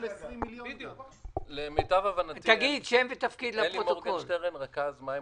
אני רכז מים,